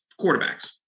quarterbacks